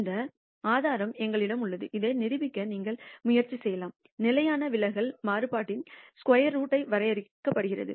இந்த ஆதாரம் உங்களிடம் உள்ளது இதை நிரூபிக்க நீங்கள் முயற்சி செய்யலாம் நிலையான விலகல் மாறுபாட்டின் ஸ்கொயர் ரூட் வரையறுக்கப்படுகிறது